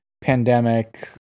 pandemic